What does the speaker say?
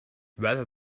whether